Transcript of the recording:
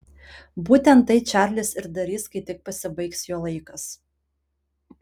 būtent tai čarlis ir darys kai tik pasibaigs jo laikas